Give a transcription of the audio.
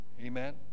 Amen